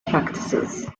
practices